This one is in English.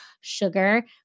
sugar